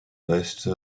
rechte